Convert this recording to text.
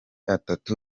atatu